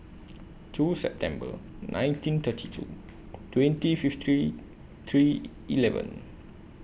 two September nineteen thirty two twenty fifty three three eleven